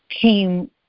came